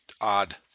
odd